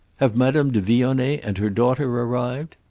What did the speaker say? have madame de vionnet and her daughter arrived?